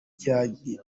byagize